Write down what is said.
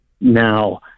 Now